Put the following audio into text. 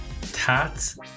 tats